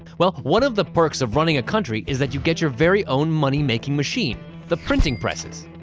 well, one of the perks of running a country is that you get your very own money making machine the printing presses.